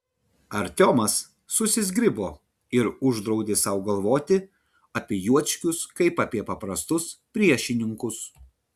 artiomas susizgribo ir uždraudė sau galvoti apie juočkius kaip apie paprastus priešininkus